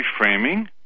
reframing